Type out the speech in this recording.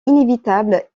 inévitable